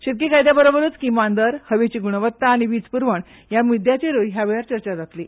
शेतकी कायद्या बरोबरूच किमान दर हवेची गुणवत्ता आनी वीज पुरवण ह्या मुद्यांचेरूय ह्या वेळार चर्चा जातली